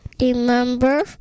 Remember